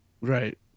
Right